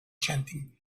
chanting